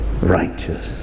righteous